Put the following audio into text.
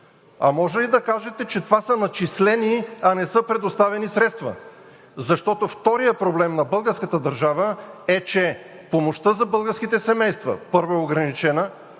а може ли да кажете, че това са начислени, а не са предоставени средства? Защото вторият проблем на българската държава е, че помощта за българските семейства, първо, е ограничена